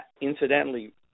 incidentally